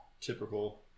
typical